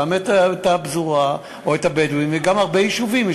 גם את הפזורה או את הבדואים וגם הרבה יישובים.